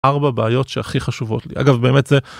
ארבע בעיות שהכי חשובות אגב באמת זה.